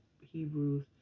hebrews